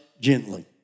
gently